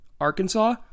Arkansas